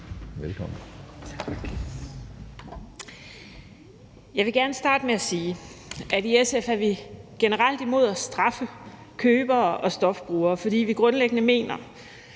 (SF): Jeg vil gerne starte med at sige, at i SF er vi generelt imod at straffe købere og stofbrugere, fordi vi grundlæggende mener,